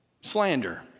slander